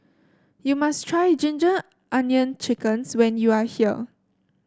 you must try ginger onion chickens when you are here